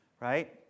right